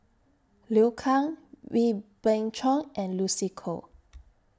Liu Kang Wee Beng Chong and Lucy Koh